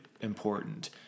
important